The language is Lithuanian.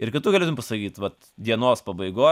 ir kad tu galėtum pasakyti vat dienos pabaigoj